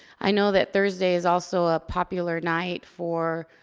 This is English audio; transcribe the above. i know that thursday is also a popular night for